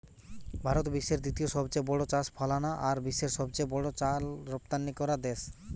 ভারত বিশ্বের দ্বিতীয় সবচেয়ে বড় চাল ফলানা আর বিশ্বের সবচেয়ে বড় চাল রপ্তানিকরা দেশ